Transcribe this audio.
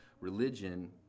Religion